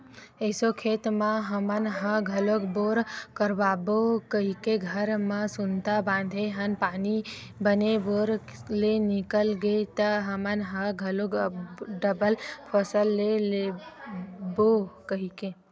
एसो खेत म हमन ह घलोक बोर करवाबो कहिके घर म सुनता बांधे हन पानी बने बोर ले निकल गे त हमन ह घलोक डबल फसल ले लेबो कहिके